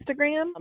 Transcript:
Instagram